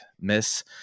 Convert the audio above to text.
Miss